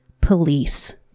Police